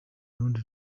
rundi